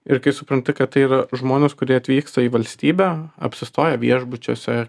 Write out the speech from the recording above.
ir kai supranti kad tai yra žmonės kurie atvyksta į valstybę apsistoja viešbučiuose